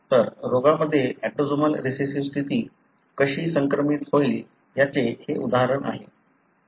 तर रोगामध्ये autosomal recessive स्थिती कशी संक्रमित होईल याचे हे उदाहरण आहे